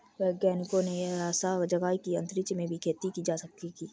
वैज्ञानिकों ने यह आशा जगाई है कि अंतरिक्ष में भी खेती की जा सकेगी